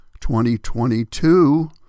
2022